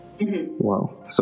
Wow